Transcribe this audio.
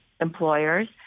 employers